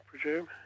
presume